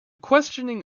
questioning